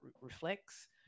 reflects